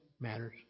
matters